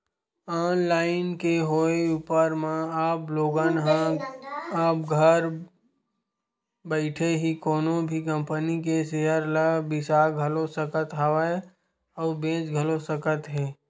online के होय ऊपर म अब लोगन ह अब घर बइठे ही कोनो भी कंपनी के सेयर ल बिसा घलो सकत हवय अउ बेंच घलो सकत हे